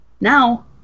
Now